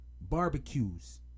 Barbecues